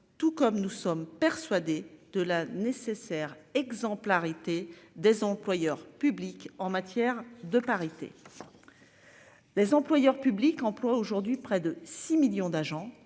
tout comme nous sommes persuadés de la nécessaire exemplarité des employeurs publics en matière de parité. Les employeurs publics, emploie aujourd'hui près de 6 millions d'agents,